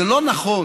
זה לא נכון